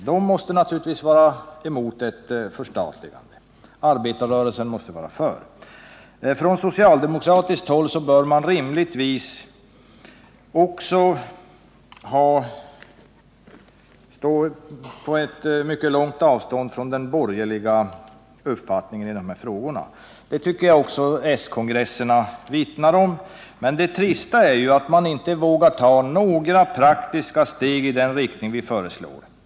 De måste naturligtvis vara emot ett förstatligande. Arbetarrörelsen måste vara för. Från socialdemokratiskt håll bör man rimligtvis också stå på mycket långt avstånd från den borgerliga uppfattningen i de här frågorna. Jag tycker också att s-kongresserna vittnar om det. Men > det trista ätatt man inte vågar ta några praktiska steg i den riktning vi föreslår. ?]